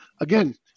again